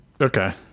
Okay